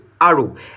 arrow